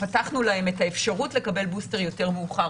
פתחנו להם את האפשרות לקבל בוסטר יותר מאוחר.